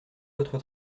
votre